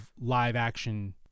live-action